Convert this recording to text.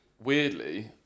weirdly